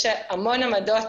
יש המון עמדות